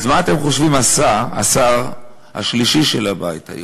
אז מה אתם חושבים עשה השר השלישי של הבית היהודי,